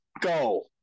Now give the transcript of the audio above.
go